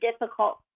difficult